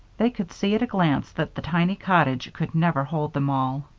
they could see at a glance that the tiny cottage could never hold them all.